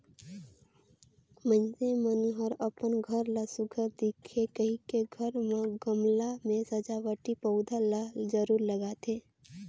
मइनसे मन हर अपन घर ला सुग्घर दिखे कहिके घर म गमला में सजावटी पउधा ल जरूर लगाथे